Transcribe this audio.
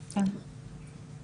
אני אציג את עצמי בקצרה,